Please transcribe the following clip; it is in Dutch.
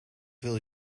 wil